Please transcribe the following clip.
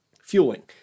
fueling